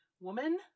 woman